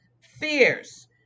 fierce